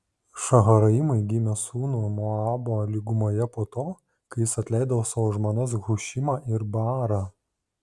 šaharaimui gimė sūnų moabo lygumoje po to kai jis atleido savo žmonas hušimą ir baarą